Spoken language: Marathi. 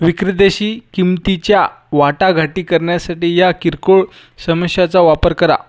विक्रेत्याशी किंमतीच्या वाटाघाटी करण्यासाठी या किरकोळ समस्याचा वापर करा